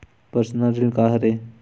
Personal ऋण का हरय?